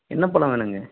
என்ன பழம் வேணும்ங்க